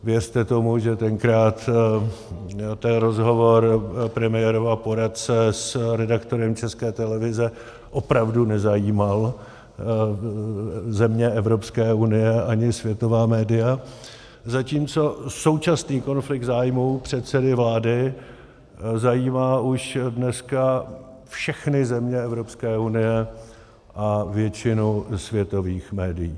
Věřte tomu, že tenkrát ten rozhovor premiérova poradce s redaktorem České televize opravdu nezajímal země Evropské unie ani světová média, zatímco současný konflikt zájmů předsedy vlády zajímá už dneska všechny země Evropské unie a většinu světových médií.